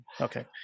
okay